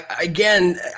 Again